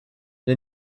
the